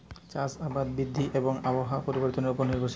চাষ আবাদ বৃষ্টি এবং আবহাওয়ার পরিবর্তনের উপর নির্ভরশীল